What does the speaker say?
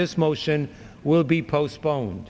this motion will be postpone